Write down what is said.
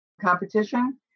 competition